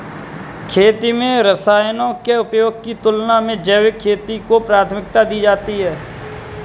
खेती में रसायनों के उपयोग की तुलना में जैविक खेती को प्राथमिकता दी जाती है